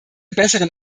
besseren